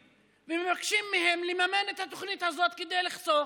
ומבקשים מהם לממן את התוכנית הזו כדי לחסוך